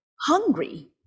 hungry